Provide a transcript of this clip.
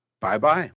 Bye-bye